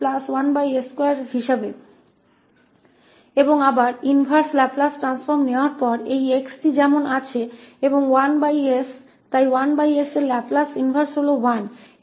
और फिर से इनवर्स लाप्लास ट्रांसफॉर्म लेने के बाद इसलिए x जैसा है और 1s इसलिए 1s का लाप्लास इनवर्स 1 है